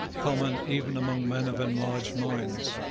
common even among men of enlarged minds